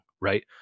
right